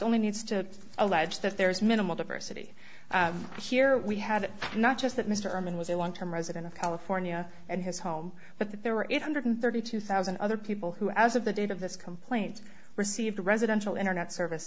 only needs to allege that there is minimal diversity here we had it not just that mr herman was a long term resident of california and his home but there were eight hundred and thirty two thousand other people who as of the date of this complaint received a residential internet service